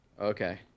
Okay